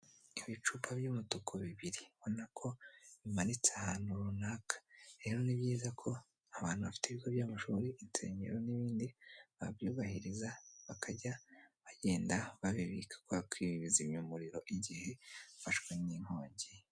Ibicupa by'umutuku bibiri, ubona ko bimanitse ahantu runaka. Rero ni byiza ko abantu bafite ibigo by'amashuri, insengero n'ibindi, babyubahiriza bakajya bagenda babibika kubera ko ibi bizimya umuriro igihe bafashwe n'inkongi.